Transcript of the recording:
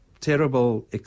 terrible